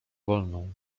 wolną